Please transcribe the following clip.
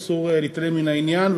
אסור להתעלם מן העניין,